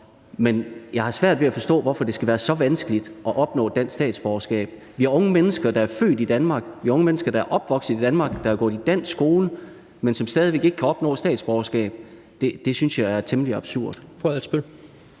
Men jeg har svært ved at forstå, hvorfor det skal være så vanskeligt at opnå dansk statsborgerskab. Vi har unge mennesker, der er født i Danmark, vi har unge mennesker, der er opvokset i Danmark og har gået i dansk skole, som stadig ikke kan opnå statsborgerskab. Det synes jeg er temmelig absurd.